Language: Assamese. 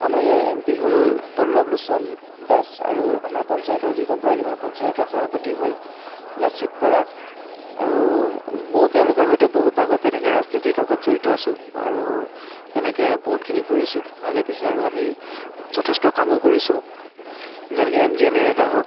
আমাৰ ইয়াৰ এম পি হ'ল পল্লৱলোচন দাস আৰু আমাৰ পঞ্চায়তৰ যিজন বৰালিমৰা পঞ্চায়তৰ সভাপতি হ'ল লাচিত বৰা আৰু মইয়ো তেওঁলোকৰ সৈতে বহুত আগত তেনেকৈ ৰাজনীতিৰ লগত জড়িত আছো আৰু তেনেকৈ বহুতখিনি ঘূৰিছোঁ আগে পিছে আৰু আমি যথেষ্ট কামো কৰিছোঁ যেনেকৈ এম জি এনৰেগা হওক